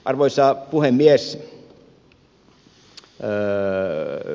arvoisa puhemies